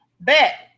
Bet